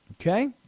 Okay